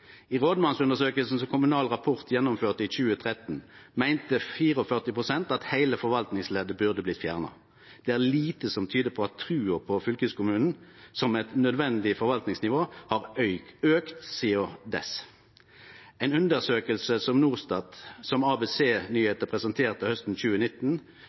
i overskodeleg framtid. I rådmannsundersøkinga som Kommunal Rapport gjennomførte i 2013, meinte 44 pst. at heile forvaltningsleddet burde blitt fjerna. Det er lite som tyder på at trua på fylkeskommunen som eit nødvendig forvaltningsnivå har auka sidan då. Ei undersøking som ABC Nyheter presenterte hausten 2019,